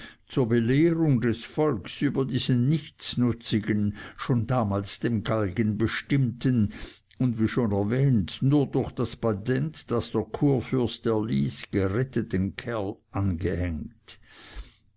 zur belehrung des volks über diesen nichtsnutzigen schon damals dem galgen bestimmten und wie schon erwähnt nur durch das patent das der kurfürst erließ geretteten kerl angehängt